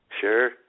Sure